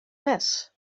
mess